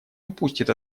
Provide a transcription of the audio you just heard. упустит